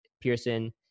Pearson